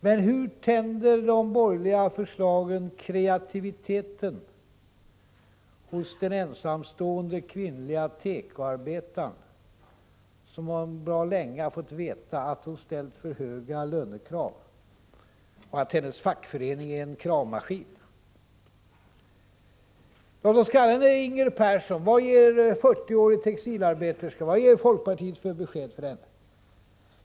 Men hur stöder de borgerliga förslagen kreativiteten hos den ensamstående kvinnliga tekoarbetaren som bra länge fått veta att hon ställt för höga lönekrav och att hennes fackförening är en kravmaskin? Låt oss kalla henne Inger Persson, en 40-årig textilarbeterska. Vad ger folkpartiet för besked till henne?